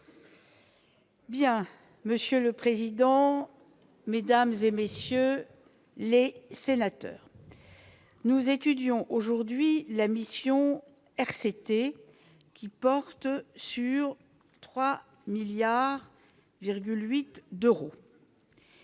Bien, monsieur le président, Mesdames et messieurs les sénateurs, nous étudions aujourd'hui la mission RCT, qui porte sur 3 milliards 8 d'euros.